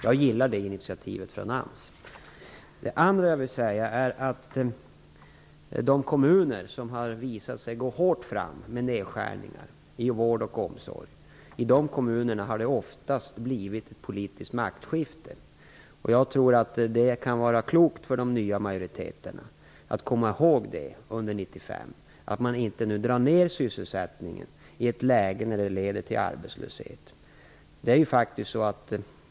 Jag gillar det initiativet från Det andra jag vill säga är att det oftast har blivit politiskt maktskifte i de kommuner som har visat sig gå hårt fram med nedskärningar i vård och omsorg. Jag tror att det kan vara klokt för de nya majoriteterna att komma ihåg detta under 1995 och inte dra ned sysselsättningen i ett läge när det leder till arbetslöshet.